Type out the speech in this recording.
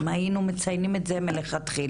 אם היינו מציינים את זה מלכתחילה,